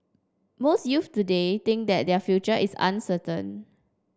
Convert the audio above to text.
most youths today think that their future is uncertain